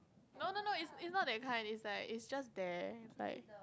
no no no is is not that kind is like is just there like